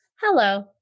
Hello